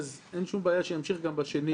אז אין שום בעיה שימשיך גם ב-2 ביולי.